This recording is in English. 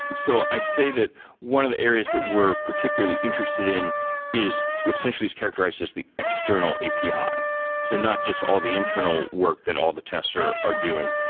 and so i'd say that one of the areas that we're particularly interested in is essentially is characterized as the external api, so not just all the internal work that all the tests are are doing,